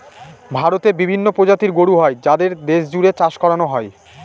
ভারতে বিভিন্ন প্রজাতির গরু হয় যাদের দেশ জুড়ে চাষ করানো হয়